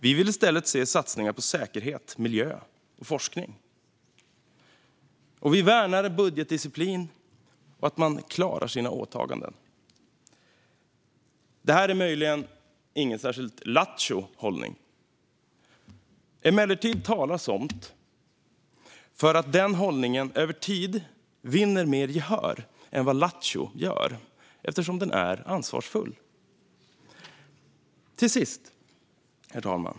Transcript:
Vi vill i stället se satsningar på säkerhet, miljö och forskning. Vi värnar budgetdisciplin och att man klarar sina åtaganden. Detta är möjligen ingen särskilt lattjo hållning. Emellertid talar somt för att denna hållning över tid vinner mer gehör än vad det som är lattjo gör, eftersom den är ansvarsfull. Herr talman!